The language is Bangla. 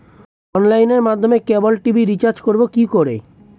অনলাইনের মাধ্যমে ক্যাবল টি.ভি রিচার্জ করব কি করে?